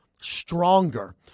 stronger